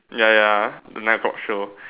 ya ya ya the nine o-clock show